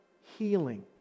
healing